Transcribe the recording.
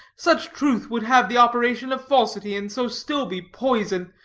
such truth would have the operation of falsity, and so still be poison,